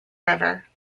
river